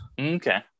Okay